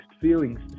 feelings